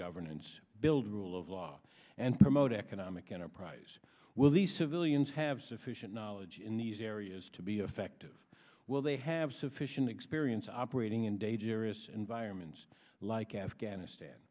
governance build rule of law and promote economic enterprise will these civilians have sufficient knowledge in these areas to be effective will they have sufficient experience operating in dangerous environments like afghanistan